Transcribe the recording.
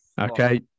Okay